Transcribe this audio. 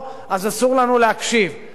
אז אני אומר, צריך להקשיב,